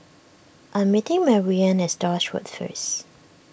I'm meeting Mariann at Stores Road first